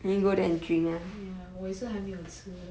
ya 我也是还没有吃